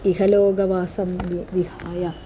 इहलोहवासं वि विहाय